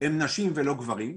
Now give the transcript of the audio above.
הן נשים ולא גברים,